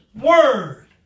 Word